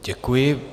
Děkuji.